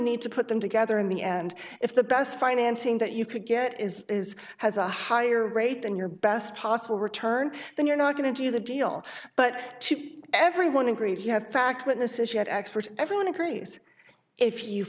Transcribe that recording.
need to put them together in the end if the best financing that you could get is is has a higher rate than your best possible return then you're not going to do the deal but everyone agreed you have fact witnesses you had experts everyone agrees if you